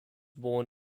born